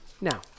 now